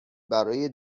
برای